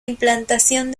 implantación